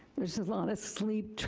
there's a lot of sleep